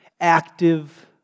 active